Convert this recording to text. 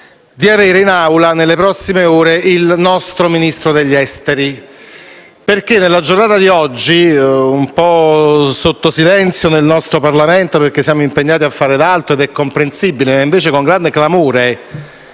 di avere in Aula, nelle prossime ore, il nostro Ministro degli esteri, perché nella giornata di oggi, sotto il silenzio del nostro Parlamento perché siamo impegnati a fare altro, ed è comprensibile, ma con grande clamore